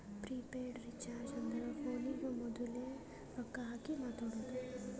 prepaid recharge ಅಂದುರ್ ಫೋನಿಗ ಮೋದುಲೆ ರೊಕ್ಕಾ ಹಾಕಿ ಮಾತಾಡೋದು